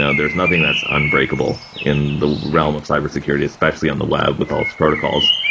and there's nothing that's unbreakable in the realm of cyber security especially on the web with all its protocols.